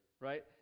right